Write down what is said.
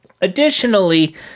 Additionally